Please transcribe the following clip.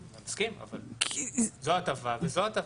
מסכים, אבל זו הטבה וזו הטבה.